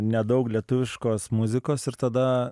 nedaug lietuviškos muzikos ir tada